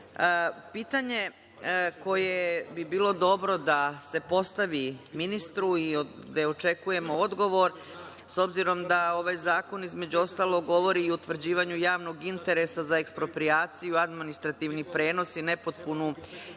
zakonu. Pitanje koje bi bilo dobro da se postavi ministru i gde očekujemo odgovor, s obzirom da ovaj zakon, između ostalog, govori i o utvrđivanju javnog interesa za eksproprijaciju, administrativni prenos i nepotpunu